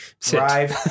drive